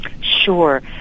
Sure